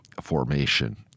formation